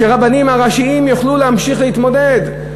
שהרבנים הראשיים יוכלו להמשיך להתמודד.